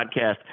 Podcast